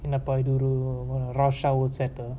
என்னப்பா ஒரு ஒரு:ennapa oru oru rush hour set ah